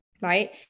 right